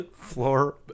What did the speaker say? Floor